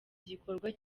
gikorwa